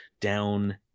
down